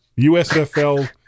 USFL